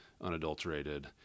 unadulterated